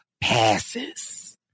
passes